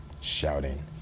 shouting